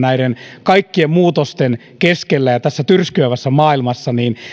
näiden kaikkien muutosten keskellä ja tässä tyrskyävässä maailmassa